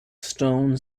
stone